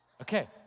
Okay